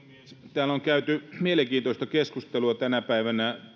täällä on käyty mielenkiintoista keskustelua tänä päivänä